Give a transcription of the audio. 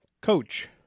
Coach